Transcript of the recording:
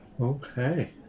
Okay